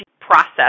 process